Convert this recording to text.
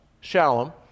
Shalom